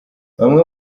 bamwe